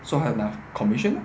so 她拿 commission lor